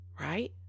Right